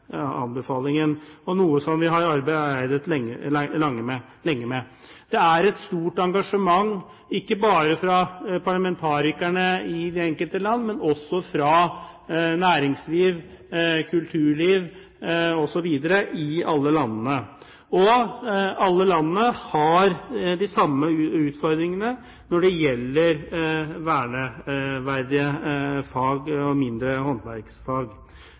anbefalingen, som vi har arbeidet lenge med. Det er et stort engasjement, ikke bare fra parlamentarikerne i de enkelte land, men også fra næringsliv, kulturliv osv. i alle landene. Alle landene har også de samme utfordringene når det gjelder verneverdige fag og mindre håndverksfag.